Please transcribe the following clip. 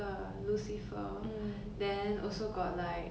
医院 show grey's anatomy 我刚刚 start 的